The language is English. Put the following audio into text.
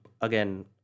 Again